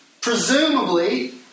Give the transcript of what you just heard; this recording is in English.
presumably